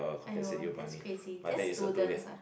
!aiyo! that's crazy just students ah